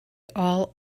all